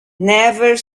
never